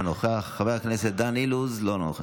אינו נוכח,